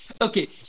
Okay